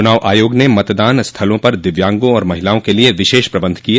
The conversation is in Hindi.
चूनाव आयोग ने मतदान स्थलों पर दिव्यांगों और महिलाओं के लिए विशेष प्रबन्ध किए